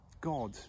god